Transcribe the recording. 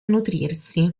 nutrirsi